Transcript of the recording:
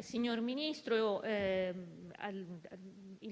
signor Ministro, il